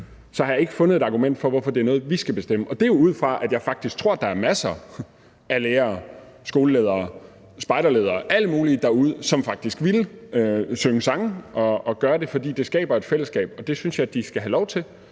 har jeg ikke fundet et argument for, hvorfor det er noget, vi skal bestemme. Og det er jo ud fra, at jeg faktisk tror, der er masser af lærere, skoleledere, spejderledere, alle mulige derude, som faktisk gerne vil synge og vil gøre det, fordi det skaber et fællesskab. Det synes jeg de skal have lov til,